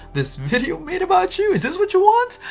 this video made about you. is this what you want!